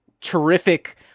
terrific